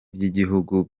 by’igihugu